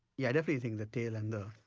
yeah definitely think the tail and the.